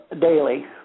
daily